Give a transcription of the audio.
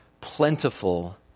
plentiful